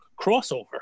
crossover